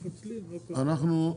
אנחנו,